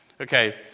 Okay